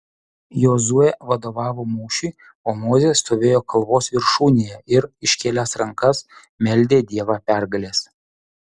jozuė vadovavo mūšiui o mozė stovėjo kalvos viršūnėje ir iškėlęs rankas meldė dievą pergalės